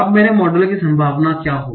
अब मेरे मॉडल की संभावना क्या होगी